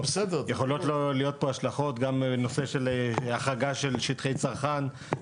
יכולות להיות פה השלכות גם לנושא של החרגה של שטחי צרכן,